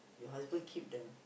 my husband keep them